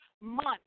month